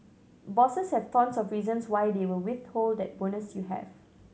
bosses have tons of reasons why they will withhold that bonus you have